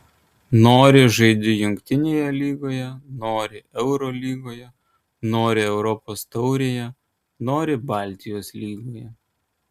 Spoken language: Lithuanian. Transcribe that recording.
nori žaidi jungtinėje lygoje nori eurolygoje nori europos taurėje nori baltijos lygoje